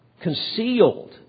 concealed